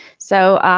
so,